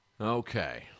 Okay